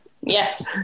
Yes